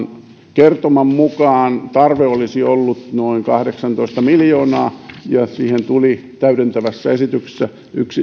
kertoman mukaan ollut noin kahdeksantoista miljoonaa siihen tuli täydentävässä esityksessä